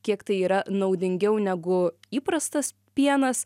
kiek tai yra naudingiau negu įprastas pienas